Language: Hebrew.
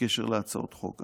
בקשר להצעות חוק.